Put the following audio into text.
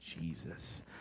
Jesus